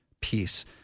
peace